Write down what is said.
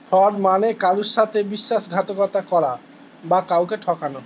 fraud মানে কারুর সাথে বিশ্বাসঘাতকতা করা বা কাউকে ঠকানো